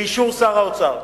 באישור שר האוצר.